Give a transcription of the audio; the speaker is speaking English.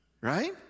right